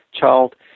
child